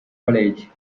college